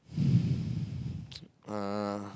uh